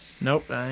nope